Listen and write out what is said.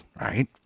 right